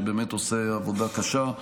שבאמת עושה עבודה קשה,